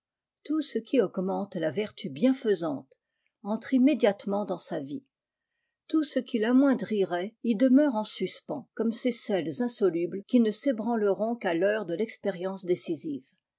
tout ce qui augmente ertu bienfaisante entre immédiatement dans ie tout ce qui l'amoindrirait y demeure en suspens comme ces sels insolubles qui ne s'ébranlent qu'à tiieure de l'expérience décisive